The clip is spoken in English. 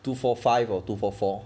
two four five or two four four